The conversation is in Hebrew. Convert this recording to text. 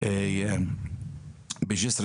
גם בג'סר